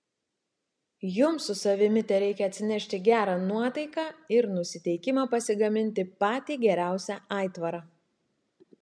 jums su savimi tereikia atsinešti gerą nuotaiką ir nusiteikimą pasigaminti patį geriausią aitvarą